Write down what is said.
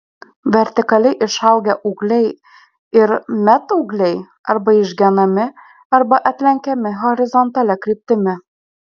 vertikaliai išaugę ūgliai ir metūgliai arba išgenimi arba atlenkiami horizontalia kryptimi